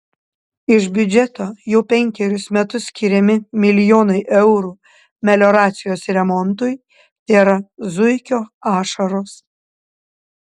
iš biudžeto jau penkerius metus skiriami milijonai eurų melioracijos remontui tėra zuikio ašaros